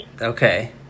Okay